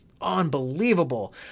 unbelievable